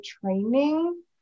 training